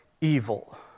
evil